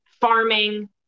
farming